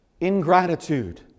Ingratitude